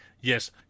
yes